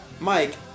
Mike